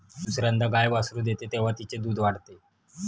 दुसर्यांदा गाय वासरू देते तेव्हा तिचे दूध वाढते